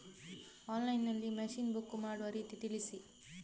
Online ನಲ್ಲಿ machine book ಮಾಡುವ ರೀತಿ ತಿಳಿಸಿ?